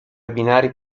binari